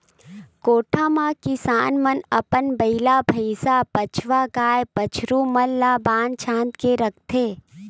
कोठा म किसान मन अपन बइला, भइसा, बछवा, गाय, बछरू मन ल बांध छांद के रखथे